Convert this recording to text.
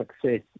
success